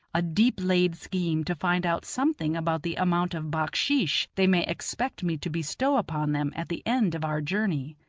a deep-laid scheme to find out something about the amount of backsheesh they may expect me to bestow upon them at the end of our journey.